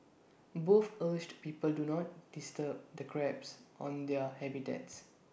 both urged people to not disturb the crabs on their habitats